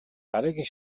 дараагийн